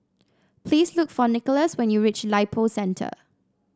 please look for Nicholaus when you reach Lippo Centre